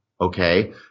Okay